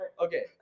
Okay